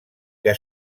que